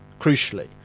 crucially